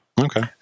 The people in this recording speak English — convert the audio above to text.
okay